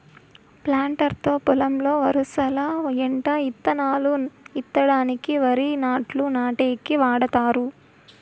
planter తో పొలంలో వరసల ఎంట ఇత్తనాలు ఇత్తడానికి, వరి నాట్లు నాటేకి వాడతారు